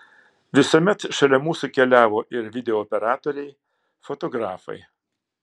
visuomet šalia mūsų keliavo ir video operatoriai fotografai